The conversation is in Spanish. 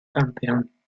campeón